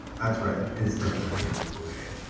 that's right, it's the thirtieth parade.